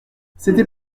c’était